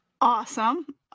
Awesome